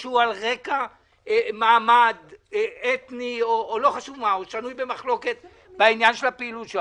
מישהו על רקע מעמד אתני או שנוי במחלוקת בעניין של הפעילות שלו.